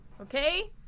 Okay